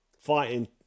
fighting